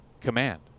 command